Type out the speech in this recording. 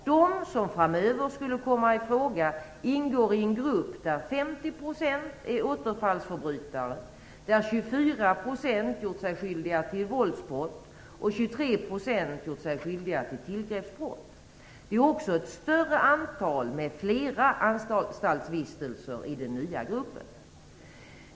De som framöver skulle komma i fråga ingår i en grupp där 50 % är återfallsförbrytare, där 24 % gjort sig skyldiga till våldsbrott och där 23 % gjort sig skyldiga till tillgreppsbrott. Det finns också ett större antal med flera anstaltsvistelser i den nya gruppen.